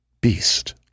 Beast